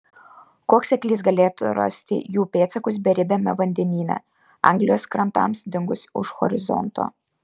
koks seklys galėtų rasti jų pėdsakus beribiame vandenyne anglijos krantams dingus už horizonto